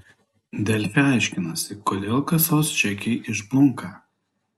delfi aiškinasi kodėl kasos čekiai išblunka